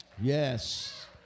Yes